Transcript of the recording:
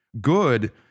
Good